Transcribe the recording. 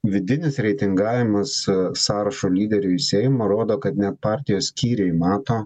vidinis reitingavimas sąrašo lyderiui į seimą rodo kad net partijos skyriai mato